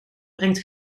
brengt